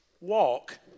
walk